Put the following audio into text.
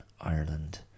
ireland